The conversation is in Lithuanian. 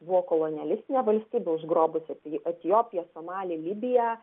buvo kolonialistinės valstybė užgrobusi etiopiją somalį libiją